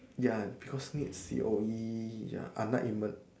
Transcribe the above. ya because need C_O_E ya unlike